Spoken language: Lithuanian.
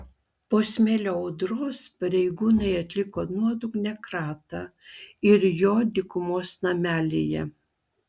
po smėlio audros pareigūnai atliko nuodugnią kratą ir jo dykumos namelyje